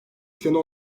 planı